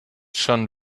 schon